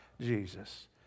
Jesus